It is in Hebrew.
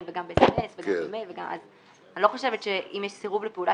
כי המונח "סיכול מטרה" כשאנחנו מדברים על פגיעה בניהול